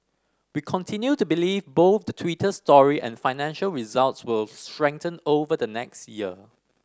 we continue to believe both the Twitter story and financial results will strengthen over the next year